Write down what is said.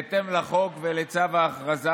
בהתאם לחוק ולצו ההכרזה,